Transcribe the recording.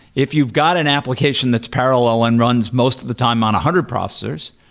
if you've got an application that's parallel and runs most of the time on a hundred processors,